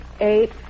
Eight